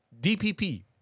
DPP